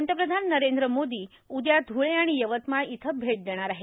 पंतप्रधान नरेंद्र मोदी उदया धुळे आणि यवतमाळ इथं भेट देणार आहेत